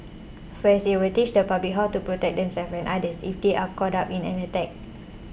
first it will teach the public how to protect themselves and others if they are caught up in an attack